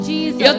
Jesus